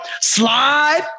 slide